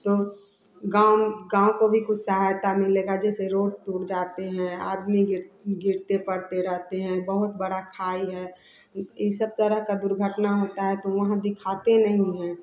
तो गाँव गाँव को भी कुछ सहायता मिलेगी जैसे रोड टूट जाती हैं आदमी गिर गिरते पड़ते रहते हैं बहुत बड़ी खाई है इन सब तरह की जब दुर्घटनाएँ होती है तो वे लोग दिखाते नहीं है